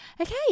Okay